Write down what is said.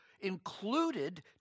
included